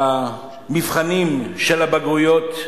במבחני הבגרות,